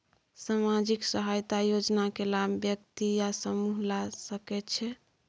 सामाजिक सहायता योजना के लाभ व्यक्ति या समूह ला सकै छै?